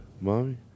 Mommy